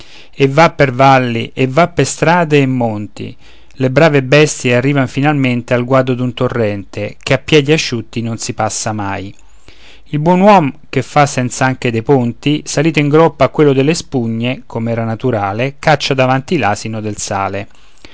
e va per valli e va per strade e monti le brave bestie arrivan finalmente al guado d'un torrente che a piedi asciutti non si passa mai il buon uom che fa senza anche dei ponti salito in groppa a quello delle spugne com'era naturale caccia davanti l'asino del sale